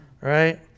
right